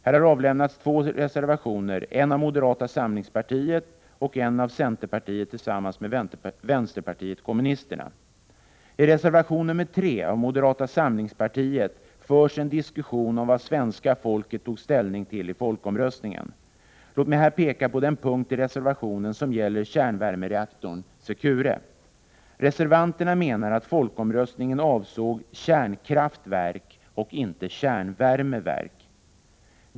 Här har avlämnats två reservationer — en av moderata samlingspartiet och en av centerpartiet tillsammans med vänsterpartiet kommunisterna. I reservation nr 3 av moderata samlingspartiet förs en diskussion om vad svenska folket tog ställning till i folkomröstningen. Låt mig här peka på den punkt i reservationen som gäller kärnvärmereaktorn Secure. Reservanterna menar att folkomröstningen avsåg kärnkraftverk och inte kärnvärmeverk.